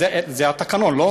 זה התקנון, לא?